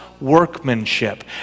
workmanship